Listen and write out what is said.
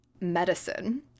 medicine